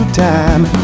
time